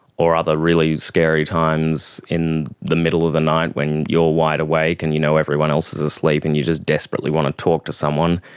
or other really scary times in the middle of the night when you are wide awake and you know everyone else is asleep and you just desperately want to talk to someone,